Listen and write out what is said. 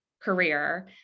career